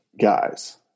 guys